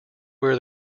where